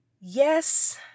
Yes